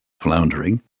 floundering